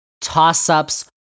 toss-ups